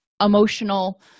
emotional